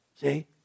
See